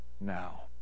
now